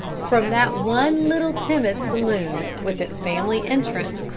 from that one little timid saloon, with its family entrance,